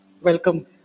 Welcome